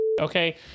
okay